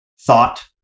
thought